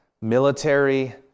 military